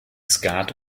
skat